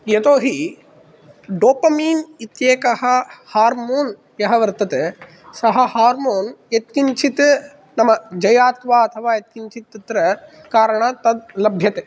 यतोहि डोपमिन् इति एकः हार्मोन् यः वर्तते सः हार्मोन् यत्किञ्चित् नाम जयात्वा अथवा यत्किञ्चित् तत्र कारणात् तत् लभ्यते